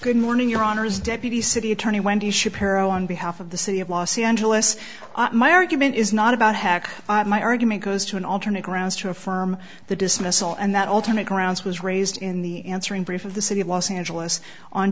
good morning your honor as deputy city attorney wendy shapiro on behalf of the city of los angeles my argument is not about hack my argument goes to an alternate grounds to affirm the dismissal and that ultimate grounds was raised in the answering brief of the city of los angeles on